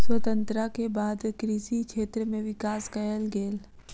स्वतंत्रता के बाद कृषि क्षेत्र में विकास कएल गेल